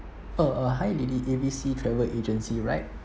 oh uh hi lily A B C travel agency right